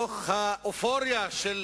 מתוך האופוריה של